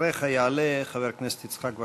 אחריך יעלה חבר הכנסת יצחק וקנין.